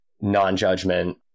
non-judgment